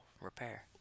Repair